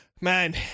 man